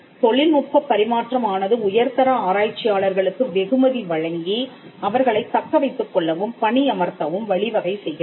தொழில்நுட்பப் பரிமாற்றம் ஆனது உயர்தர ஆராய்ச்சியாளர்களுக்கு வெகுமதி வழங்கி அவர்களைத் தக்க வைத்துக் கொள்ளவும் பணியமர்த்தவும் வழிவகை செய்கிறது